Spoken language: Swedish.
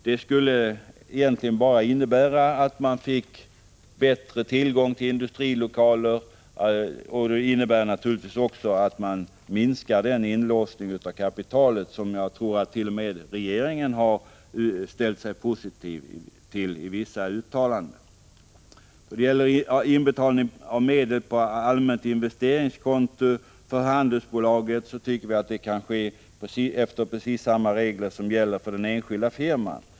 Det skulle innebära ökad tillgång till industrilokaler och naturligtvis också att man minskar inlåsningen av kapital, vilket jag tror attt.o.m. regeringen har uttalat sig för. Handelsbolagens inbetalning av medel på allmänt investeringskonto tycker vi kan ske efter precis samma regler som tillämpas för enskild firma.